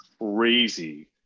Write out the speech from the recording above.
crazy